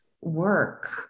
work